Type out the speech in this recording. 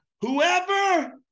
whoever